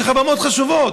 יש לך במות חשובות.